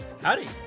Howdy